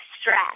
stress